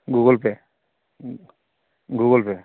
Google Pay Google Pay